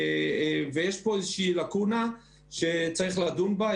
יש פה איזה לקונה שצריך לדון בה.